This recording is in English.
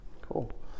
Cool